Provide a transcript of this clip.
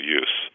use